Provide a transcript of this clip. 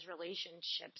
relationships